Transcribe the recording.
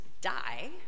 die